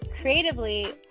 creatively